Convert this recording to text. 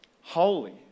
holy